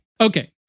Okay